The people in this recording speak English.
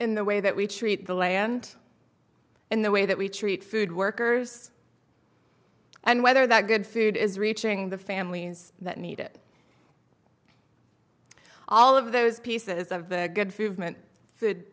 in the way that we treat the land and the way that we treat food workers and whether that good food is reaching the families that need it all of those pieces of the good food